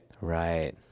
Right